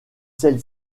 celle